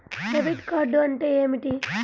Debit card అంటే ఏమిటి?